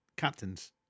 captains